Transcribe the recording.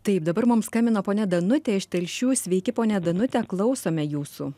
taip dabar mum skambino ponia danutė iš telšių sveiki ponia danute klausome jūsų